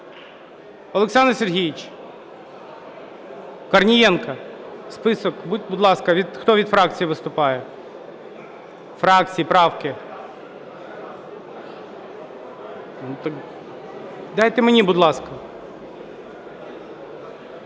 Олександр Сергійович Корнієнко, список, будь ласка, хто від фракції виступає? Фракції, правки. Дайте мені, будь ласка.